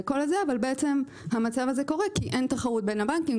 אבל המצב הזה קורה כי אין תחרות בין הבנקים,